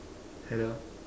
hello